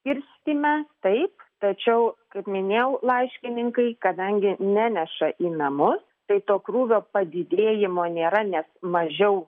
skirstyme taip tačiau kaip minėjau laiškininkai kadangi neneša į namus tai to krūvio padidėjimo nėra nes mažiau